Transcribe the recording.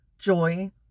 joy